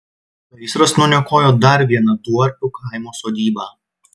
gaisras nuniokojo dar vieną duorpių kaimo sodybą